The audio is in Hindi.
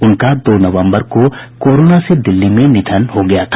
उनका दो नवम्बर को कोरोना से दिल्ली में निधन हो गया था